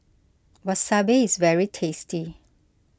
Wasabi is very tasty